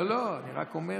לא, אני רק אומר